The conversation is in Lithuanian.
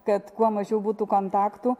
kad kuo mažiau būtų kontaktų